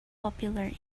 popular